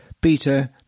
Peter